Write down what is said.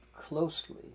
closely